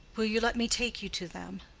will you let me take you to them?